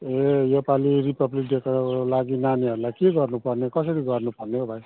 ए योपालि रिपब्लिक डेको लागि नानीहरूलाई के गर्नु पर्ने कसरी गर्नु पर्ने हौ भाइ